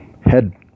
head